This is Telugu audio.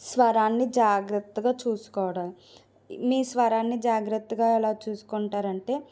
స్వరాన్ని జాగ్రత్తగా చూసుకోవడం మీ స్వరాన్ని జాగ్రత్తగా ఎలా చూసుకుంటారు అంటే